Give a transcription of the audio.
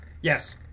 Yes